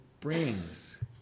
brings